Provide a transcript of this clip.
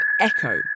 echo